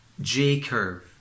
j-curve